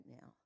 now